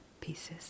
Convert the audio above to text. pieces